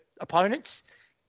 opponents